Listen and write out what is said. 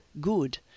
good